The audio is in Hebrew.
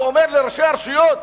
והוא אומר לראשי הרשויות: